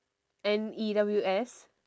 N E W S